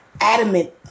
adamant